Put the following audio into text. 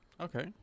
Okay